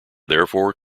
therefore